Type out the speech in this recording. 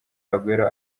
aguero